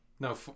No